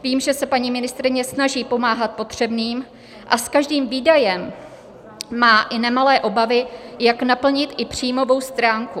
Vím, že se paní ministryně snaží pomáhat potřebným a s každým výdajem má i nemalé obavy, jak naplnit i příjmovou stránku.